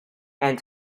and